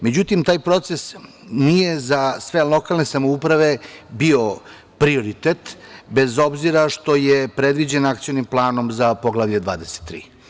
Međutim, taj proces nije za sve lokalne samouprave bio prioritet, bez obzira što je predviđen Akcionim planom za Poglavlje 23.